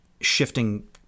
shifting